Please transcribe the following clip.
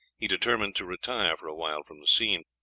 he determined to retire for a while from the scene.